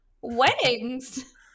weddings